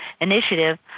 initiative